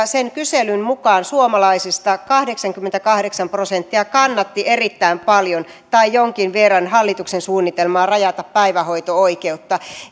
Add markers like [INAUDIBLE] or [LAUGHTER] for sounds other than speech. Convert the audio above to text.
[UNINTELLIGIBLE] sen kyselyn mukaan suomalaisista kahdeksankymmentäkahdeksan prosenttia kannatti erittäin paljon tai jonkin verran hallituksen suunnitelmaa rajata päivähoito oikeutta